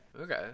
Okay